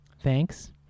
thanks